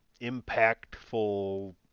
impactful